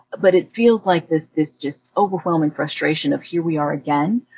but it feels like this this just overwhelming frustration of, here we are again,